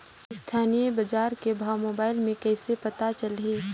स्थानीय बजार के भाव मोबाइल मे कइसे पता चलही?